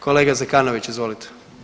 Kolega Zekanović, izvolite.